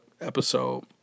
episode